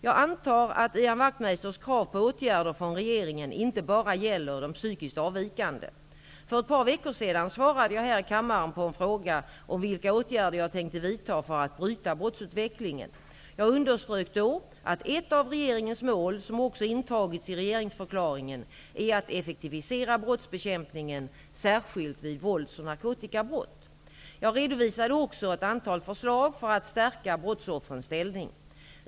Jag antar att Ian Wachtmeisters krav på åtgärder från regeringen inte bara gäller de psykiskt avvikande. För ett par veckor sedan svarade jag här i kammaren på en fråga om vilka åtgärder jag tänkte vidta för att bryta brottsutvecklingen. Jag underströk då att ett av regeringens mål, som också intagits i regeringsförklaringen, är att effektivisera brottsbekämpningen, särskilt vid vålds och narkotikabrott. Jag redovisade också ett antal förslag för att stärka brottsoffrens ställning.